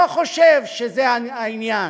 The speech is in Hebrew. לא חושב שזה העניין.